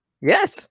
Yes